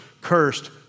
cursed